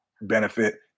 benefit